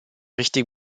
richtige